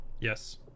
Yes